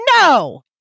No